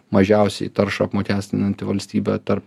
mažiausiai taršą apmokestinanti valstybė tarp